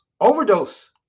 overdose